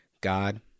God